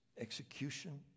execution